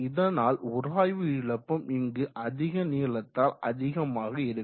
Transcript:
இதனால் உராய்வு இழப்பும் இங்கு அதிக நீளத்தால் அதிகமாக இருக்கும்